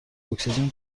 اکسیژن